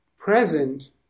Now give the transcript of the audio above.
present